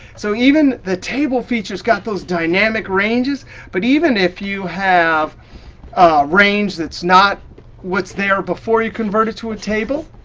so even the table features got those dynamic ranges but even if you have a range that's not what's there before you convert it to a table,